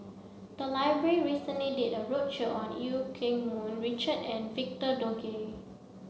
the library recently did a roadshow on Eu Keng Mun Richard and Victor Doggett